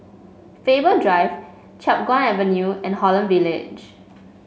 Faber Drive Chiap Guan Avenue and Holland Village